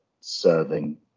serving